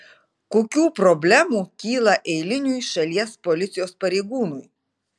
kokių problemų kyla eiliniui šalies policijos pareigūnui